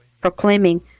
proclaiming